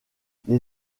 les